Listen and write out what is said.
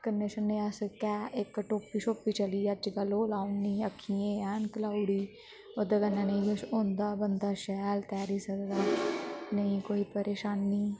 कन्नै शन्नै आस्तै कै इक टोपी छोपी चली अज्जकल ओह् लाउनी अक्खियें ऐनक लाउड़ी ओह्दे कन्नै नेईं किश होंदा बंदा शैल तैरी सकदा नेईं कोई परेशानी